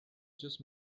just